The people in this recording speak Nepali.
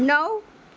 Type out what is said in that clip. नौ